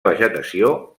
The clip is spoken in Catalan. vegetació